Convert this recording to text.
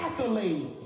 accolades